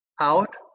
out